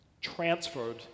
transferred